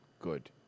Good